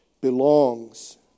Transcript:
belongs